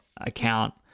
account